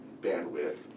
bandwidth